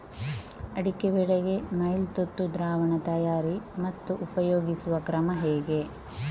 ಅಡಿಕೆ ಬೆಳೆಗೆ ಮೈಲುತುತ್ತು ದ್ರಾವಣ ತಯಾರಿ ಮತ್ತು ಉಪಯೋಗಿಸುವ ಕ್ರಮ ಹೇಗೆ?